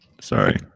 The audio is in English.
Sorry